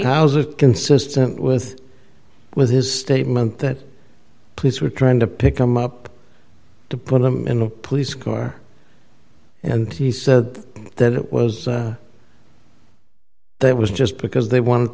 how's it consistent with with his statement that police were trying to pick him up to put them in a police car and he said that it was that was just because they wanted